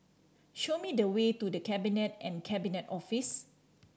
show me the way to The Cabinet and Cabinet Office